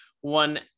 one